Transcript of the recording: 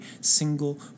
single